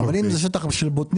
אבל אם זה שטח של בוטנים,